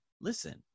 listen